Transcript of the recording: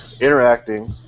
interacting